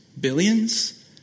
Billions